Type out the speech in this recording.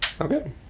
okay